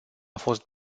fost